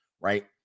right